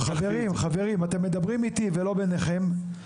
חברים אתם מדברים איתי ולא ביניכם,